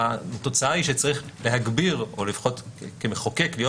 התוצאה היא שצריך להגביר או לפחות כמחוקק להיות